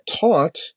taught